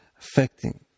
affecting